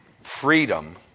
freedom